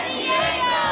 Diego